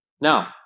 Now